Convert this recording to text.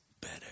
better